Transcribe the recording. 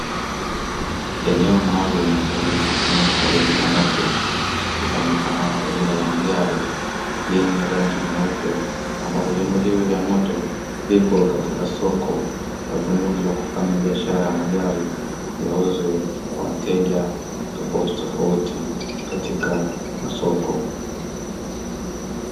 Eneo maalum lenye mkusanyiko wa vyombo vya moto, vifahamikamayo kama magari yenye rangi nyeupe, ambapo vyombo hivyo vya moto vipo katika soko kwa dhumuni la kufanya biashara ya magari yauzwe kwa wateja tofauti tofauti katika masoko.